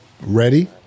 ready